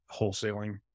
wholesaling